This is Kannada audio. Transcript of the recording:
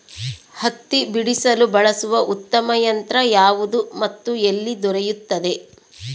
ಹತ್ತಿ ಬಿಡಿಸಲು ಬಳಸುವ ಉತ್ತಮ ಯಂತ್ರ ಯಾವುದು ಮತ್ತು ಎಲ್ಲಿ ದೊರೆಯುತ್ತದೆ?